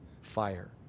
fire